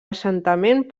assentament